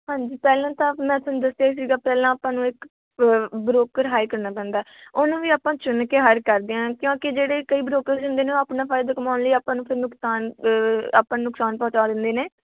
ਹਾਂਜੀ ਪਹਿਲਾਂ ਤਾਂ ਮੈਂ ਤੁਹਾਨੂੰ ਦੱਸਿਆ ਹੀ ਸੀਗਾ ਪਹਿਲਾਂ ਆਪਾਂ ਨੂੰ ਇੱਕ ਬ ਬ੍ਰੋਕਰ ਹਾਇਰ ਕਰਨਾ ਪੈਂਦਾ ਉਹਨੂੰ ਵੀ ਆਪਾਂ ਚੁਣ ਕੇ ਹਾਇਰ ਕਰਦੇ ਹਾਂ ਕਿਉਂਕਿ ਜਿਹੜੇ ਕਈ ਬ੍ਰੋਕਰਸ ਹੁੰਦੇ ਨੇ ਉਹ ਆਪਣਾ ਫਾਇਦਾ ਕਮਾਉਣ ਲਈ ਆਪਾਂ ਨੂੰ ਫਿਰ ਨੁਕਸਾਨ ਆਪਾਂ ਨੂੰ ਨੁਕਸਾਨ ਪਹੁੰਚਾ ਦਿੰਦੇ ਨੇ